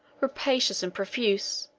rapacious and profuse,